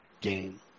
game